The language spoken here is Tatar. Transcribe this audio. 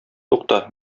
тукта